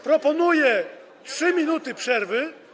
Proponuję 3 minuty przerwy.